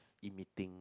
emitting